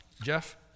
Jeff